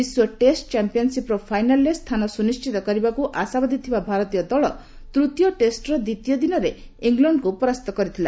ବିଶ୍ୱ ଟେଷ୍ଟ ଚାମ୍ପିୟପସିପ୍ର ଫାଇନାଲରେ ସ୍ଥାନ ସ୍କୁନିଶ୍ଚିତ କରିବାକୁ ଆଶାବାଦୀ ଥିବା ଭାରତୀୟ ଦଳ ତ୍ତୀୟ ଟେଷ୍ଟର ଦ୍ୱିତୀୟ ଦିନରେ ଇଂଲଣ୍ଡକୁ ପରାସ୍ତ କରିଥିଲା